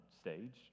stage